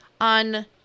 on